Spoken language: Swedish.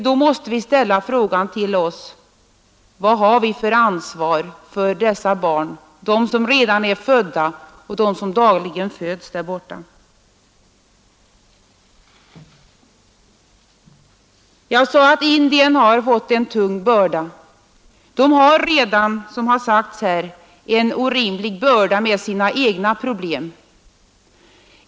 Då måste vi fråga oss: Vad har vi för ansvar för dessa barn — för dem som redan är födda och för dem som dagligen föds där borta? Jag sade att indierna har fått en tung börda. De har redan, som framhållits här, en orimlig börda med sina egna problem.